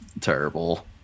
terrible